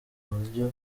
buryo